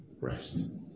rest